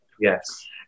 Yes